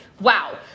wow